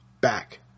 back